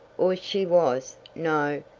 or she was no,